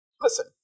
Listen